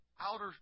outer